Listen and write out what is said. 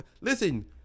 Listen